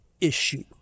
issue